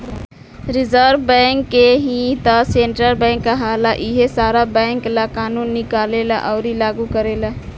reserve Bank के ही त सेन्ट्रल बैंक कहाला इहे सारा बैंक ला कानून निकालेले अउर लागू करेले